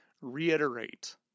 reiterate